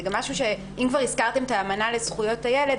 אם כבר הזכרתם את האמנה לזכויות הילד,